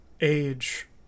age